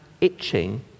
itching